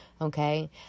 Okay